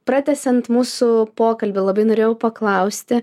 pratęsiant mūsų pokalbį labai norėjau paklausti